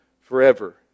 forever